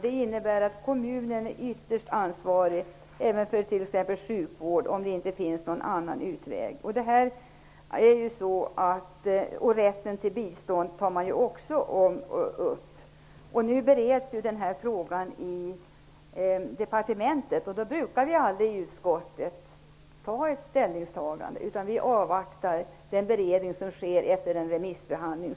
Det innebär att kommunen är ytterst ansvarig även för t.ex. sjukvård, om det inte finns någon annan utväg. Rätten till bistånd tas också upp. Nu bereds frågan i departementet. Vi brukar aldrig i utskottet göra ett ställningstagande under pågående beredning, utan vi avvaktar den beredning som görs efter en remissbehandling.